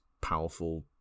powerful